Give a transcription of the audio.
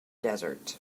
desert